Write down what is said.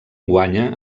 guanya